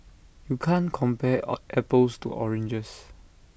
you can't compare all apples to oranges